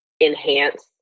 enhance